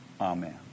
Amen